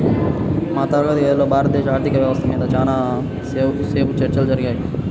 మా తరగతి గదిలో భారతదేశ ఆర్ధిక వ్యవస్థ మీద చానా సేపు చర్చ జరిగింది